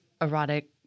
erotic